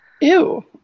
Ew